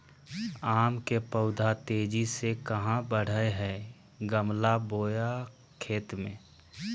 आम के पौधा तेजी से कहा बढ़य हैय गमला बोया खेत मे?